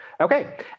Okay